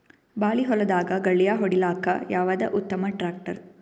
ಬಾಳಿ ಹೊಲದಾಗ ಗಳ್ಯಾ ಹೊಡಿಲಾಕ್ಕ ಯಾವದ ಉತ್ತಮ ಟ್ಯಾಕ್ಟರ್?